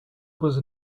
was